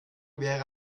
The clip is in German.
wäre